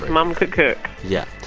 mom could cook yeah.